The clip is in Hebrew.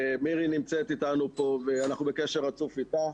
מירי נמצאת אתנו כאן ואנחנו בקשר רצוף אתה,